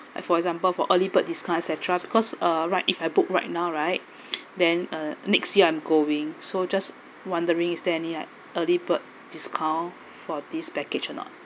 like for example for early bird discounts et cetera because uh right if I book right now right then uh next year I'm going so just wondering is there any like early bird discount for this package or not